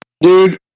Dude